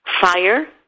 fire